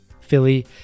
Philly